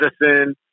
medicine